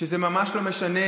שזה ממש לא משנה,